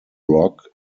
rock